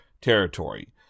territory